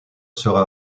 sera